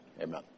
amen